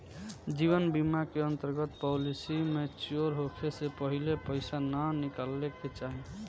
जीवन बीमा के अंतर्गत पॉलिसी मैच्योर होखे से पहिले पईसा ना निकाले के चाही